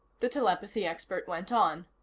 the telepathy expert went on